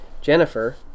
Jennifer